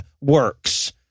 works